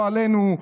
לא עלינו,